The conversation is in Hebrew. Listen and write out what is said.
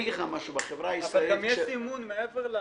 אבל שם יש סימון.